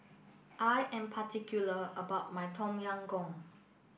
I am particular about my Tom Yam Goong